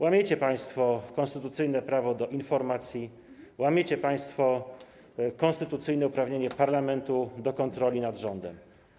Łamiecie państwo konstytucyjne prawo do informacji, łamiecie państwo konstytucyjne uprawnienie parlamentu do kontroli nad rządem.